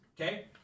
okay